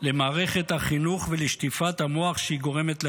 למערכת החינוך ולשטיפת המוח שהיא גורמת לילדים?